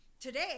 Today